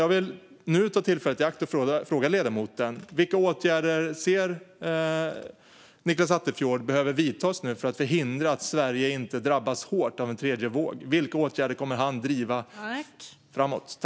Jag vill nu ta tillfället i akt att fråga ledamoten: Vilka åtgärder anser Nicklas Attefjord behöver vidtas nu för att förhindra att Sverige drabbas hårt av en tredje våg? Vilka åtgärder kommer han att driva framåt?